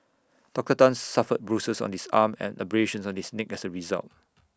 Doctor Tan suffered bruises on his arm and abrasions on his neck as A result